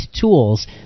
tools